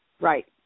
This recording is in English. Right